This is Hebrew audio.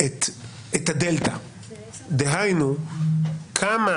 את הדלתא, דהיינו, כמה